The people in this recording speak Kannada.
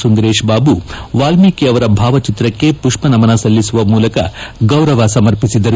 ಸುಂದರೇಶ್ ಬಾಬು ವಾಲ್ಮೀಕ ಅವರ ಭಾವಚಿತ್ರಕ್ಷೆ ಮಪ್ಪ ನಮನ ಸಲ್ಲಿಸುವ ಮೂಲಕ ಗೌರವ ಸಮರ್ಪಿಸಿದರು